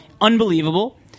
Unbelievable